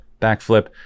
Backflip